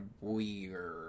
weird